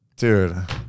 Dude